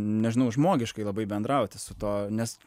nežinau žmogiškai labai bendrauti su tuo nes